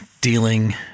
dealing